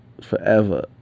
forever